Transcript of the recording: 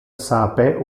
sape